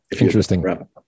Interesting